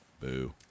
Boo